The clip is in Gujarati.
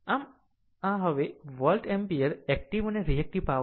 આમ આ હવે વોલ્ટ એમ્પીયર એક્ટીવ અને રીએક્ટીવ પાવર છે